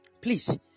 Please